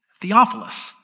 Theophilus